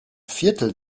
viertel